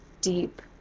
deep